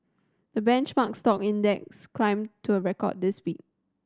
the benchmark stock index climbed to a record this week